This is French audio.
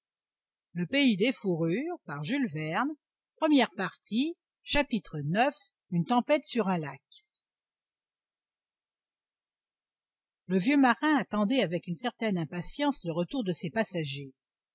ix une tempête sur un lac le vieux marin attendait avec une certaine impatience le retour de ses passagers